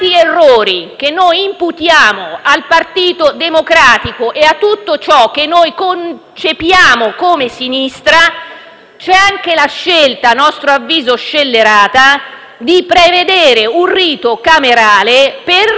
errori che noi imputiamo al Partito Democratico e a tutto ciò che noi concepiamo come sinistra, c'è anche la scelta, a nostro avviso scellerata, di prevedere un rito camerale per